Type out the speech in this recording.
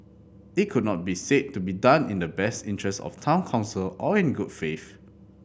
it could not be said to be done in the best interest of the Town Council or in good faith